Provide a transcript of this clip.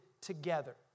together